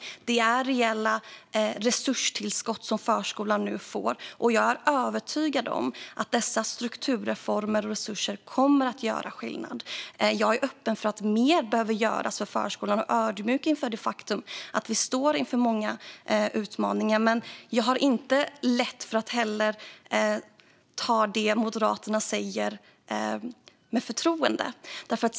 Förskolan får nu reella resurstillskott. Jag är övertygad om att dessa strukturreformer och resurser kommer att göra skillnad. Jag är öppen för att mer behöver göras för förskolan och är ödmjuk inför det faktum att vi står inför många utmaningar. Men jag kan inte riktigt ta det Moderaterna säger på allvar.